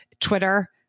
Twitter